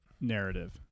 narrative